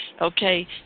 okay